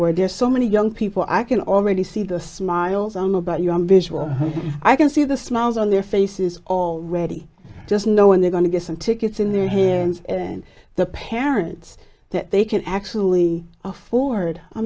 word there's so many young people i can already see the smiles on about your visual i can see the smiles on their faces all ready just knowing they're going to get some tickets in their hands and the parents that they can actually afford i